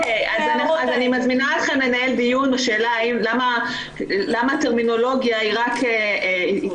אני מזמינה אתכם לנהל דיון בשאלה למה הטרמינולוגיה היא צבאית,